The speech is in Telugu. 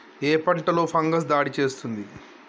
ఏ పంటలో ఫంగస్ దాడి చేస్తుంది?